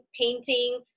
painting